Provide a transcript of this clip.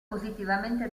positivamente